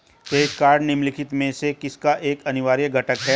Credit card निम्नलिखित में से किसका एक अनिवार्य घटक है?